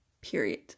period